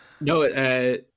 No